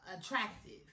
attractive